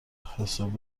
حساب